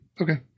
okay